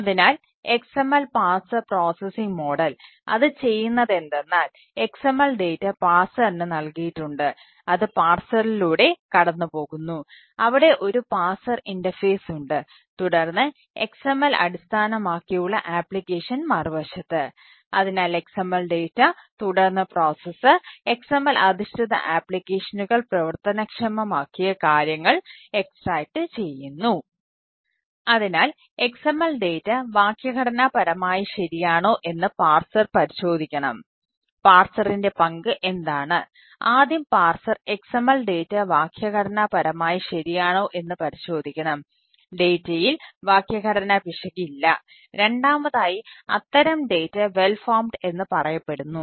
അതിനാൽ XML parser processing model ചെയ്യുന്നു